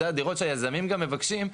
אלו הדירות שהיזמים גם מבקשים,